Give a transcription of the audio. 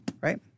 right